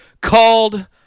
called